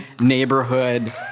neighborhood